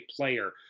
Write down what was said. player